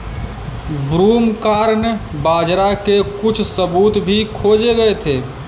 broomcorn बाजरा के कुछ सबूत भी खोजे गए थे